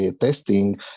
testing